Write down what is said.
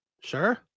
sure